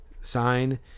sign